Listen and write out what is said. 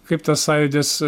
kaip tas sąjūdis